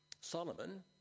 Solomon